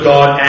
God